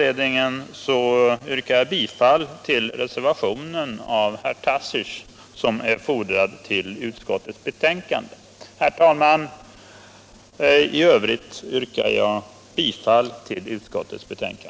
Med det anförda yrkar jag bifall till reservationen av herr Tarschys vad beträffar punkten 5 samt i övrigt bifall till utskottets hemställan.